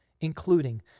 including